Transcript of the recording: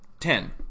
Ten